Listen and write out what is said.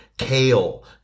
kale